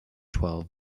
twelve